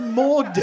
more